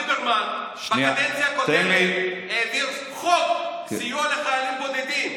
ליברמן בקדנציה הקודמת העביר חוק סיוע לחיילים בודדים,